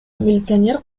милиционер